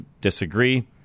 disagree